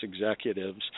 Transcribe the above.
executives